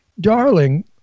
darling